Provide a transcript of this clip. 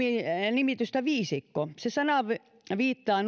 nimitystä viisikko se sana viittaa